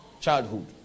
Childhood